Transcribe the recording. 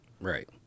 Right